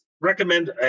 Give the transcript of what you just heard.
recommend